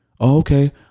Okay